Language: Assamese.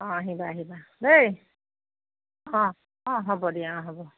অঁ অঁ আহিবা আহিবা দেই অঁ অঁ হ'ব দিয়া অঁ হ'ব